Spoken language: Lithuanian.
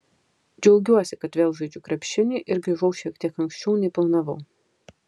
džiaugiuosi kad vėl žaidžiu krepšinį ir grįžau šiek tiek anksčiau nei planavau